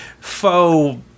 faux